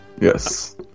Yes